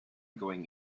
going